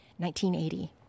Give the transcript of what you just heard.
1980